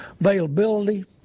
availability